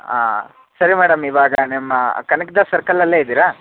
ಹಾಂ ಸರಿ ಮೇಡಮ್ ಇವಾಗ ನಿಮ್ಮ ಕನಕ್ದಾಸ ಸರ್ಕಲಲ್ಲೇ ಇದ್ದೀರಾ